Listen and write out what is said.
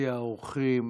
ביציע האורחים